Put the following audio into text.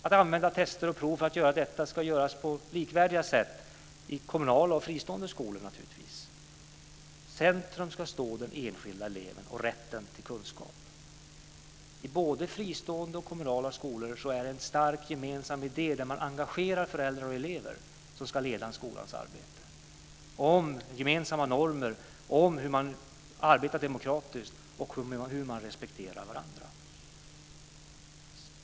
Användningen av tester och prov ska vara likvärdig i kommunala och fristående skolor. I centrum ska den enskilda eleven stå och rätten till kunskap. I både fristående och kommunala skolor är det en stark gemensam idé att engagera föräldrar och elever i att leda skolans arbete, att ta fram gemensamma normer, att arbeta demokratiskt och visa respekt för varandra.